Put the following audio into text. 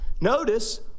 Notice